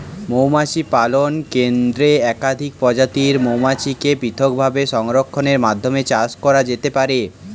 মৌমাছি পালন কেন্দ্রে একাধিক প্রজাতির মৌমাছিকে পৃথকভাবে সংরক্ষণের মাধ্যমে চাষ করা যেতে পারে